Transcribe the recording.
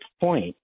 point